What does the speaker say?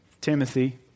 Timothy